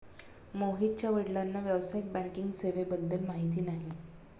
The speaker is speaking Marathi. मोहितच्या वडिलांना व्यावसायिक बँकिंग सेवेबद्दल माहिती नाही